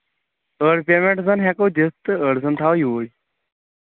أڈۍ پیٚمنٛٹ زَن ہیٚکو دِتھ تہٕ أڈۍ زَن تھاوَو یوٗرۍ